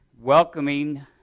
welcoming